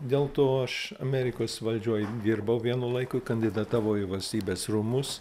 dėl to aš amerikos valdžioj dirbau vienu laiku kandidatavau į valstybės rūmus